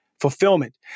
fulfillment